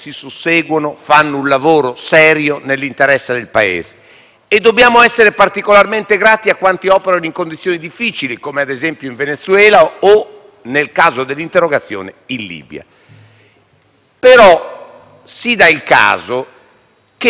Dobbiamo essere particolarmente grati a quanti operano in condizioni difficili, come in Venezuela o, nel caso dell'interrogazione, in Libia. Si dà il caso, però, che dal 20 agosto, noi, che pure abbiamo